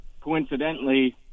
coincidentally